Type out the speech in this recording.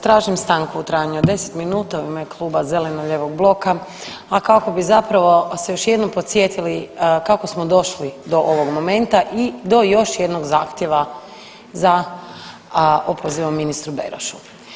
Tražim stanku u trajanju od 10 minuta u ime Kluba zeleno-lijevog bloka, a kako bi zapravo se još jednom podsjetili kao smo došli do ovog momenta i do još jednog zahtjeva za opozivom ministru Berošu.